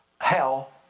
hell